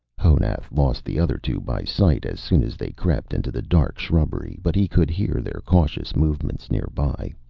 honath lost the other two by sight as soon as they crept into the dark shrubbery, but he could hear their cautious movements nearby.